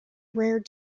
rare